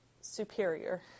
superior